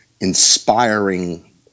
inspiring